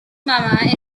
mamma